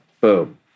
Boom